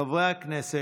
חברי הכנסת,